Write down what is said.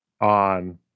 on